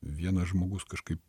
vienas žmogus kažkaip